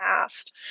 past